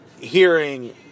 hearing